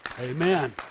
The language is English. Amen